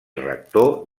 rector